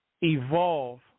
evolve